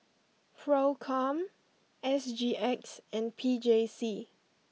Procom S G X and P J C